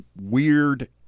weird